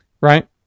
right